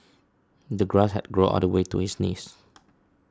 the grass had grown all the way to his knees